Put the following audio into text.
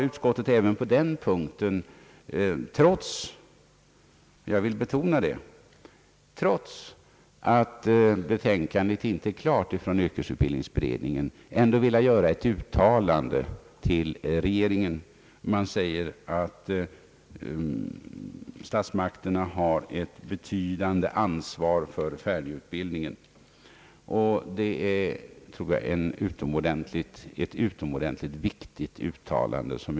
Utskottet har även i denna fråga trots — det vill jag betona — att yrkesutbildningsberedningen inte ännu har lagt fram sitt betänkande velat göra ett uttalande till regeringen. Utskottet säger att statsmakterna har ett betydande ansvar för färdigutbildningen. Detta är ett utomordentligt viktigt uttalande.